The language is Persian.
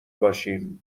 باشین